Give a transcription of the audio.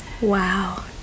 Wow